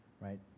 right